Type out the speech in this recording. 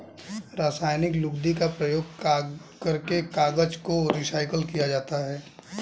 रासायनिक लुगदी का प्रयोग करके कागज को रीसाइकल किया जा सकता है